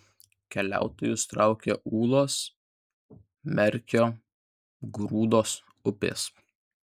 keliautojus traukia ūlos merkio grūdos upės